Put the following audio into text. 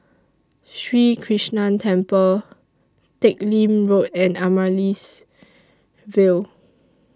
Sri Krishnan Temple Teck Lim Road and Amaryllis Ville